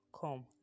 come